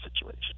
situation